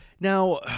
Now